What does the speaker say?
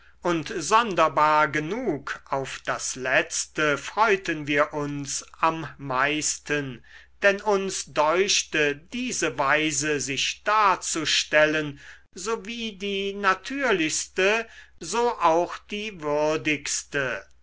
sonderbar genug auf das letzte freuten wir uns am meisten denn uns deuchte diese weise sich darzustellen so wie die natürlichste so auch die würdigste